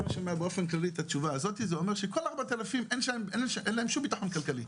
זה אומר שכל ה-4,000 אין להם שום ביטחון כלכלי.